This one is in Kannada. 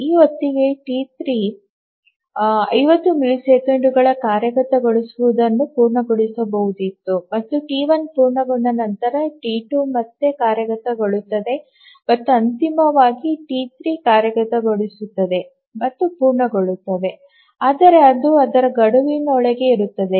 ಈ ಹೊತ್ತಿಗೆ ಟಿ3 50 ಮಿಲಿಸೆಕೆಂಡುಗಳ ಕಾರ್ಯಗತಗೊಳಿಸುವನ್ನು ಪೂರ್ಣಗೊಳಿಸಬಹುದಿತ್ತು ಮತ್ತು ಟಿ1 ಪೂರ್ಣಗೊಂಡ ನಂತರ ಟಿ2 ಮತ್ತೆ ಕಾರ್ಯಗತಗೊಳ್ಳುತ್ತದೆ ಮತ್ತು ಅಂತಿಮವಾಗಿ ಟಿ3 ಕಾರ್ಯಗತಗೊಳಿಸುತ್ತದೆ ಮತ್ತು ಪೂರ್ಣಗೊಳ್ಳುತ್ತದೆ ಆದರೆ ಅದು ಅದರ ಗಡುವಿನೊಳಗೆ ಇರುತ್ತದೆ